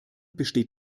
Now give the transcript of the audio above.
besteht